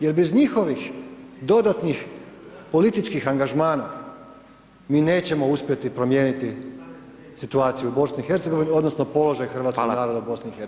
Jer bez njihovih dodatnih političkih angažmana, mi nećemo uspjeti promijeniti situaciju u BIH, odnosno, položaj hrvatskog naroda u BIH.